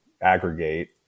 aggregate